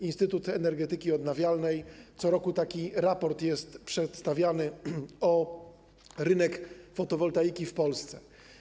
Instytut Energetyki Odnawialnej - co roku taki raport jest przedstawiany - o rynku fotowoltaiki w Polsce.